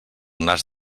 nas